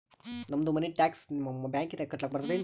ನಮ್ದು ಮನಿ ಟ್ಯಾಕ್ಸ ನಿಮ್ಮ ಬ್ಯಾಂಕಿನಾಗ ಕಟ್ಲಾಕ ಬರ್ತದೇನ್ರಿ?